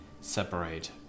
separate